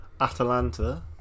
Atalanta